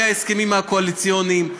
מההסכמים הקואליציוניים,